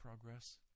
Progress